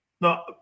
No